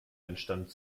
entstand